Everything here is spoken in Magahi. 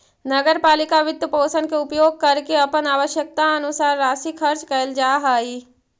नगर पालिका वित्तपोषण के उपयोग करके अपन आवश्यकतानुसार राशि खर्च कैल जा हई